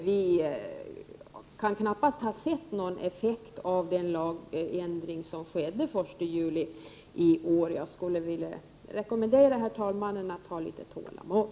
Vi kan knappast ha sett | någon effekt av den lagändring som skedde den 1 juli i år, och jag skulle vilja rekommendera herr tredje vice talmannen att ha litet tålamod.